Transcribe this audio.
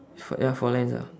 f~ ya four lines ah